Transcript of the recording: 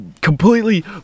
completely